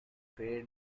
faint